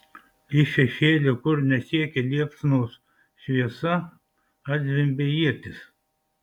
iš šešėlio kur nesiekė liepsnos šviesa atzvimbė ietis